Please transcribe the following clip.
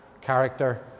character